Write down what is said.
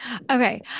Okay